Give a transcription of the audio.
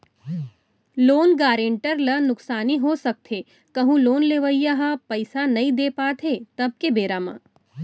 loan guarantor ल नुकसानी हो सकथे कहूँ लोन लेवइया ह पइसा नइ दे पात हे तब के बेरा म